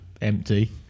empty